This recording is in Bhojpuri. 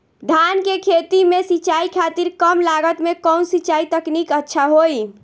धान के खेती में सिंचाई खातिर कम लागत में कउन सिंचाई तकनीक अच्छा होई?